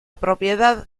propiedad